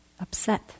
upset